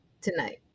tonight